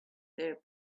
their